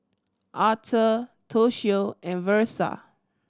Aurthur Toshio and Versa